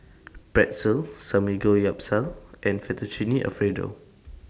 Pretzel Samgeyopsal and Fettuccine Alfredo